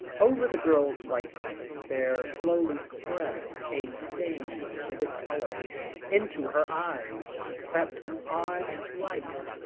over the girl's white face there slowly spread a stain of vivid colour into her eyes crept an odd light.